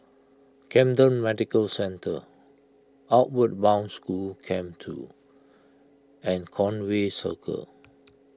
Camden Medical Centre Outward Bound School Camp two and Conway Circle